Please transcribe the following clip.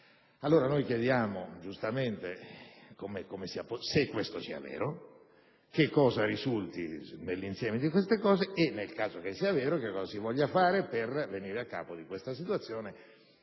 Allora, noi chiediamo se questo sia vero e cosa risulti dell'insieme dei dati e, nel caso ciò sia vero, che cosa si voglia fare per venire a capo di questa situazione.